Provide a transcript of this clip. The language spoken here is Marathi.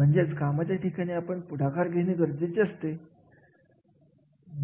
अनुभव हे सगळे एखादा कार्य करण्यासाठी गरजेचे असतात